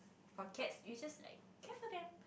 for cats you just like care for them